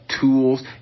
Tools